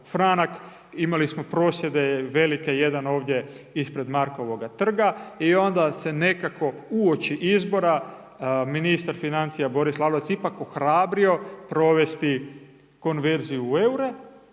imali smo prosvjede velike, jedan ovdje ispred Markovoga trga i onda se nekako uoči izbora ministar financija Boris Lalovac ipak ohrabrio provesti konverziju u eure,